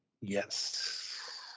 yes